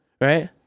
Right